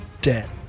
dead